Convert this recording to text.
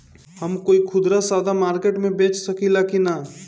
गर हम कोई खुदरा सवदा मारकेट मे बेच सखेला कि न?